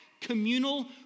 communal